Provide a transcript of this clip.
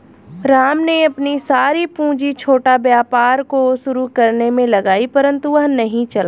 राम ने अपनी सारी पूंजी छोटा व्यापार को शुरू करने मे लगाई परन्तु वह नहीं चला